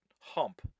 hump